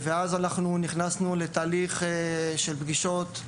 נכנסנו אז לתהליך של פגישות,